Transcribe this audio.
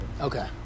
Okay